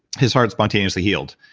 his heart spontaneously healed.